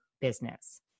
business